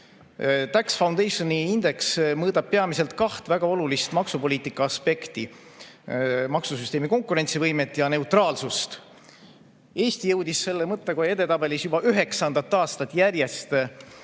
Tax Foundationi indeks mõõdab peamiselt kaht väga olulist maksupoliitika aspekti: maksusüsteemi konkurentsivõimet ja neutraalsust. Eesti jõudis selle mõttekoja edetabelis juba üheksandat aastat järjest